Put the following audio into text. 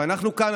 אבל אנחנו כאן,